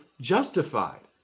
justified